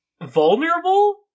vulnerable